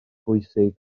bwysig